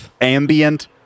ambient